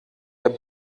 der